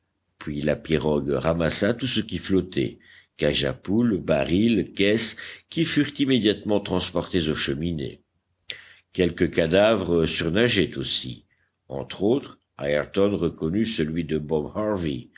puis la pirogue ramassa tout ce qui flottait cages à poules barils caisses qui furent immédiatement transportés aux cheminées quelques cadavres surnageaient aussi entre autres ayrton reconnut celui de bob harvey